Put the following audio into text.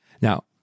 Now